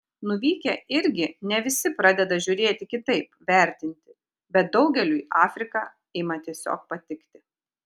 nuvykę irgi ne visi pradeda žiūrėti kitaip vertinti bet daugeliui afrika ima tiesiog patikti